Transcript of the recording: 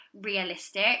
realistic